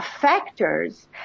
factors